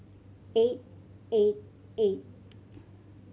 eight eight eight